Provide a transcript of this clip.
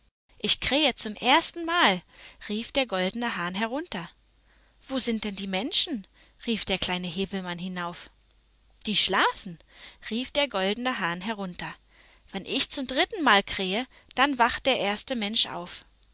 ich krähe zum ersten mal rief der goldene hahn herunter wo sind denn die menschen rief der kleine häwelmann hinauf die schlafen rief der goldene hahn herunter wenn ich zum dritten mal krähe dann wacht der erste mensch auf